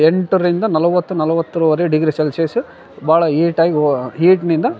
ಎಂಟ್ರಿಂದ ನಲವತ್ತು ನಲವತ್ತೂವರೆ degree Celsius ಭಾಳ ಈಟಾಗಿ ಓ ಹೀಟ್ನಿಂದ